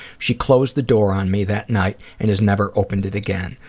she closed the door on me that night and has never opened it again.